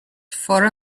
for